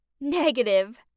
Negative